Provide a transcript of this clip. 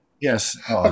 yes